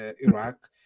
Iraq